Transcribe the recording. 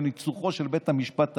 בניצוחו של בית המשפט העליון.